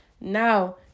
Now